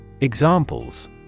Examples